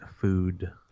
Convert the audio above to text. food